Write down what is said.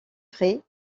frais